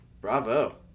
Bravo